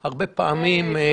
עם הרבה מאוד עבודה מאחוריו.